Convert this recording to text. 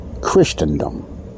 Christendom